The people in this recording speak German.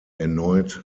erneut